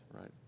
right